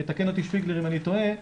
יתקן אותי שפיגלר אם אני טועה,